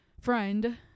friend